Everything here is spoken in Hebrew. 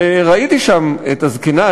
וראיתי שם את הזקנה.